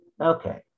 Okay